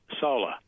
solar